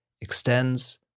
extends